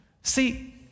See